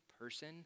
person